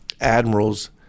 admirals